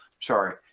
sorry